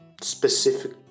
specific